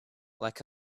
like